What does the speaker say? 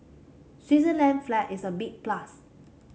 Switzerland flag is a big plus